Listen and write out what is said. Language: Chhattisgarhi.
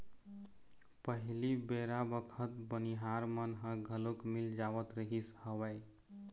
पहिली बेरा बखत बनिहार मन ह घलोक मिल जावत रिहिस हवय